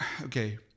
okay